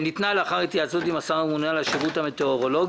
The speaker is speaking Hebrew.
שניתנה לאחר התייעצות עם השר הממונה על השירות המטאורולוגי,